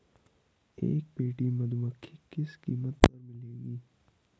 एक पेटी मधुमक्खी किस कीमत पर मिलेगी?